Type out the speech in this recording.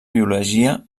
biologia